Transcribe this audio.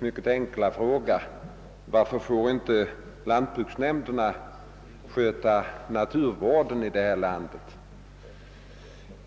mycket enkla fråga: Varför får inte lantbruksnämnderna sköta naturvården i detta land?